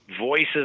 voices